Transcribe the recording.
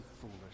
foolish